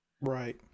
Right